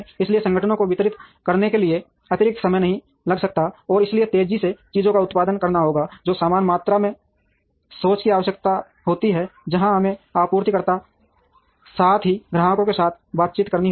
इसलिए संगठनों को वितरित करने के लिए अतिरिक्त समय नहीं लग सकता है और इसलिए तेजी से चीजों का उत्पादन करना होगा जो समान मात्रा में सोच की आवश्यकता होती है जहां हमें आपूर्तिकर्ताओं साथ ही ग्राहकों के साथ बातचीत करनी होगी